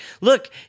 look